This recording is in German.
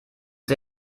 sie